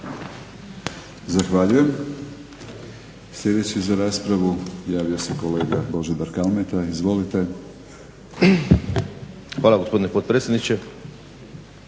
Zahvaljujem. Sljedeći za raspravu javio se kolega Božidar Kalmeta. Izvolite. **Kalmeta, Božidar